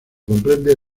comprende